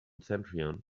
centurion